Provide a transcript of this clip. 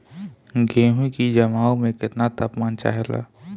गेहू की जमाव में केतना तापमान चाहेला?